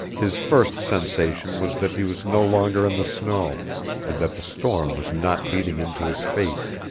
his first sensation was that he was no longer in the snow and that the storm was not beating into his face.